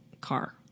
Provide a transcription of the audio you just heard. car